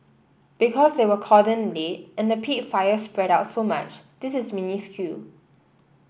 because they were called in late and the peat fire spread out so much this is minuscule